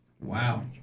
Wow